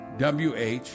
WH